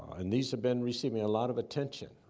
and these have been receiving a lot of attention,